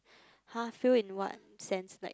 !huh! fail in what sense like